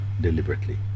deliberately